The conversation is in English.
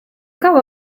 cover